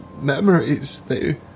memories—they